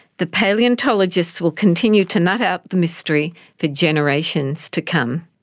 the palaeontologists will continue to nut out the mystery for generations to come.